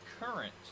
current